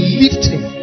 lifting